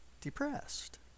depressed